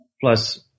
plus